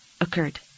Occurred